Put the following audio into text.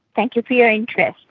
thank you for your interest.